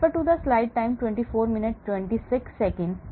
Single dose से तीव्र विषाक्तता